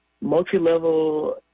multi-level